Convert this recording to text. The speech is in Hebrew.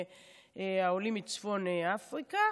העולים מצפון אפריקה,